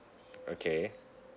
okay